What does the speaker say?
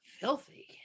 Filthy